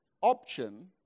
option